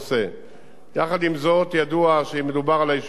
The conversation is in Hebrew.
יחד עם זאת ידוע שאם מדובר על היישובים הדרוזיים,